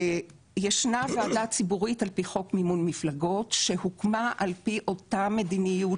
ישנה ועדה ציבורית על פי חוק מימון מפלגות שהוקמה על פי אותה מדיניות